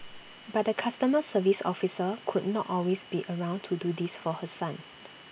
but the customer service officer could not always be around to do this for her son